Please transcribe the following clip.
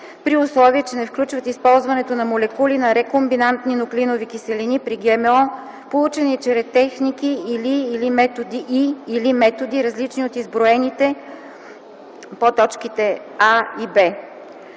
при условие, че не включват използването на молекули на рекомбинантни нуклеинови киселини при ГМО, получени чрез техники и/или методи различни от изброените по точките „а” и